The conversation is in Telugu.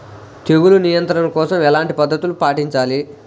తెగులు నియంత్రణ కోసం ఎలాంటి పద్ధతులు పాటించాలి?